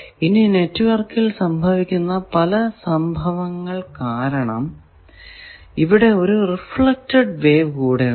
ഇനി നെറ്റ്വർക്കിൽ സംഭവിക്കുന്ന പല സംഭവങ്ങൾ കാരണം ഇവിടെ ഒരു റിഫ്ലെക്ടഡ് വേവ് കൂടെ ഉണ്ട്